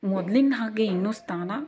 ಮೊದಲಿನ ಹಾಗೆ ಇನ್ನೂ ಸ್ಥಾನ